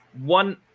one